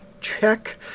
Check